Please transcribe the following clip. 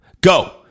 Go